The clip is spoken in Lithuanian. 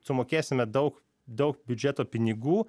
sumokėsime daug daug biudžeto pinigų